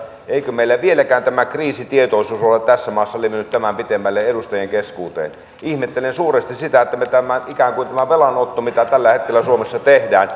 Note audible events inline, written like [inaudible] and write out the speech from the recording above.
eikö meillä vieläkään tämä kriisitietoisuus ole tässä maassa levinnyt tämän pitemmälle edustajien keskuuteen ihmettelen suuresti sitä että ikään kuin tämä velanotto mitä tällä hetkellä suomessa tehdään [unintelligible]